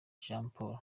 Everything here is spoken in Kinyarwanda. jamporo